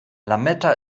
lametta